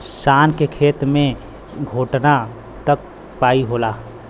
शान के खेत मे घोटना तक पाई होला